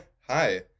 Hi